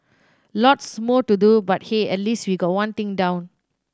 lots more to do but hey at least we've got one thing down